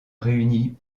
réuni